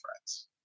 friends